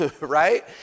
right